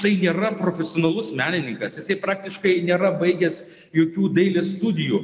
tai nėra profesionalus menininkas jisai praktiškai nėra baigęs jokių dailės studijų